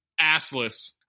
assless